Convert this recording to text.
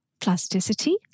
plasticity